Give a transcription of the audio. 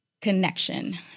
connection